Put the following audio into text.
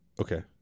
Okay